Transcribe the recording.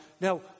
now